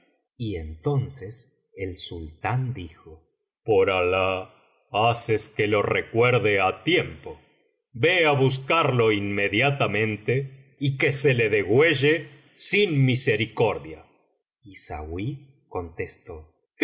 y entonces el sultán dijo por alah haces que lo recuerde á tiempo ve á buscarlo inmediatamente y que se le degüelle sin misericordia y sauí contestó